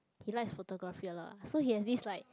he likes photography a lot ah so he has this like